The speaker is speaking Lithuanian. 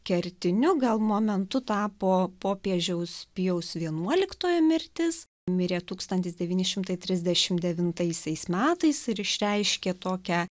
kertiniu gal momentu tapo popiežiaus pijaus vienuoliktojo mirtis mirė tūkstantis devyni šimtai trisdešim devintaisiais metais ir išreiškė tokią